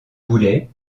boulet